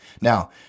Now